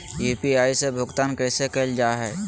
UPI से भुगतान कैसे कैल जहै?